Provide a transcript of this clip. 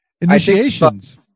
Initiations